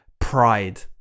pride